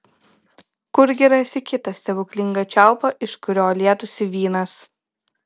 kurgi rasi kitą stebuklingą čiaupą iš kurio lietųsi vynas